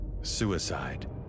suicide